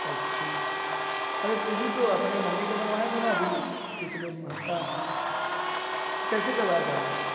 اچھا ارے تو بھی تو اپنے ممی کا بنوایا تھا نا ابھی پچھلے م ہفتہ کیسے کروایا تھا وہ